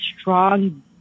strong